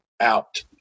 out –